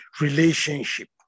relationship